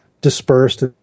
dispersed